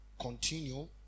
continue